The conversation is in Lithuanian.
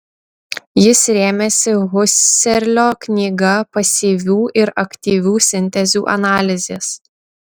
jis rėmėsi husserlio knyga pasyvių ir aktyvių sintezių analizės